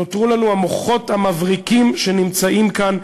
נותרו לנו המוחות המבריקים שנמצאים כאן: